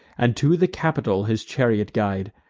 and to the capitol his chariot guide,